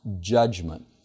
judgment